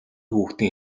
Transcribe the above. хүүхдийн